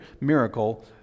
miracle